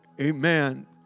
Amen